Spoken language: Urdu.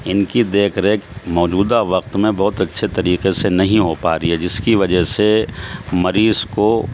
ان کی دیکھ ریکھ موجودہ وقت میں بہت اچھے طریقے سے نہیں ہو پا رہی ہے جس کی وجہ سے مریض کو